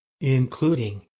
including